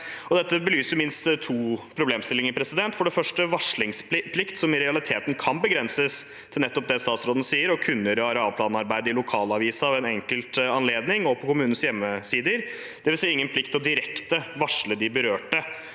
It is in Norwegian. Dette belyser minst to problemstillinger. Den første er varslingsplikt, som i realiteten kan begrenses til nettopp det statsråden sier, å kunngjøre arealplanarbeidet i lokalavisen ved en enkelt anledning og på kommunenes hjemmesider, dvs. ingen plikt til direkte å varsle de berørte.